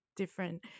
different